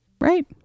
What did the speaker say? right